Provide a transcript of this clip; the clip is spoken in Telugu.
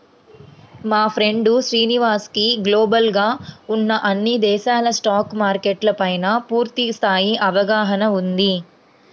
మా ఫ్రెండు శ్రీనివాస్ కి గ్లోబల్ గా ఉన్న అన్ని దేశాల స్టాక్ మార్కెట్ల పైనా పూర్తి స్థాయి అవగాహన ఉంది